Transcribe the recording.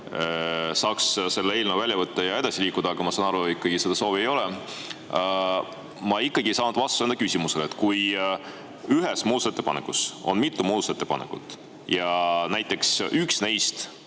saaks selle eelnõu välja võtta ja edasi liikuda, aga ma saan aru, et seda soovi ei ole. Ma ikkagi ei saanud vastust enda küsimusele. Kui ühes muudatusettepanekus on mitu muudatusettepanekut ja üks neist